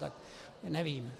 Tak nevím.